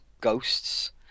ghosts